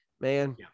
man